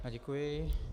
Děkuji.